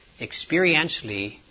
experientially